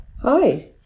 Hi